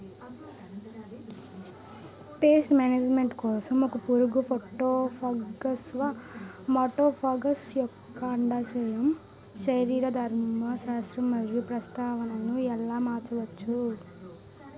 Paste management కోసం ఒక పురుగు ఫైటోఫాగస్హె మటోఫాగస్ యెక్క అండాశయ శరీరధర్మ శాస్త్రం మరియు ప్రవర్తనను ఎలా మార్చచ్చు?